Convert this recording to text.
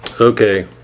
Okay